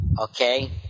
Okay